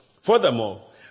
Furthermore